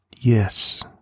Yes